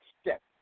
step